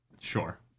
Sure